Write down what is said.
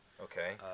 Okay